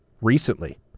Recently